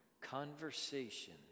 conversation